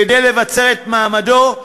כדי לבצר את מעמדו,